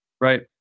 Right